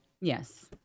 Yes